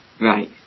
Right